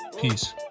Peace